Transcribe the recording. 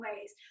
ways